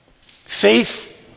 Faith